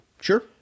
Sure